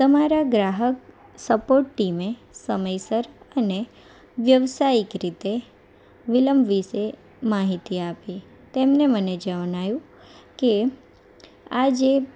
તમારી ગ્રાહક સપોર્ટ ટીમે સમયસર અને વ્યવસાયિક રીતે વિલંબ વિષે માહિતી આપી તેમણે મને જણાવ્યું કે આજે